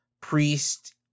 Priest